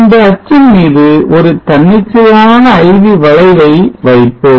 இந்த அச்சின் மீது ஒரு தன்னிச்சையான IV வளைவை வைப்போம்